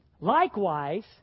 Likewise